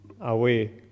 away